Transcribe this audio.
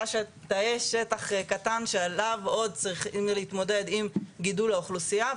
תא שטח קטן שעליו עוד צריכים להתמודד עם גידול האוכלוסיה,